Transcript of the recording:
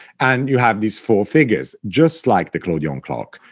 and you have these four figures, just like the clodion clock,